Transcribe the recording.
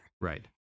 Right